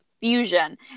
fusion